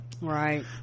right